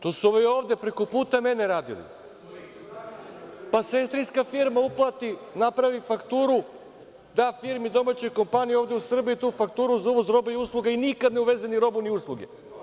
To su ovi ovde preko puta mene radili, pa sestirnska firma uplati, napravi fakturu, da firmi, domaćoj kompaniji ovde u Srbiji tu fakturu za uvoz robe i usluga i nikad ne uveze ni robu ni usluge.